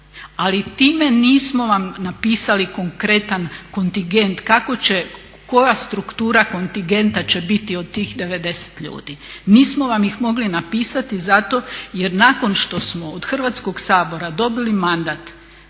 Ali time nismo vam napisali konkretan kontingent kako će koja struktura kontingenta će biti od tih 90 ljudi. Nismo vam ih mogli napisati zato jer nakon što smo od Hrvatskog sabora dobili mandat